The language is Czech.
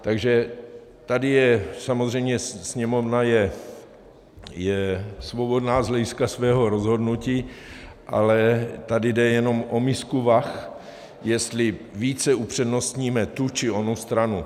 Takže tady je, samozřejmě Sněmovna je svobodná z hlediska svého rozhodnutí, ale tady jde jenom o misku vah, jestli více upřednostníme tu, či onu stranu.